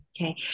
Okay